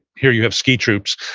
here you have ski troops,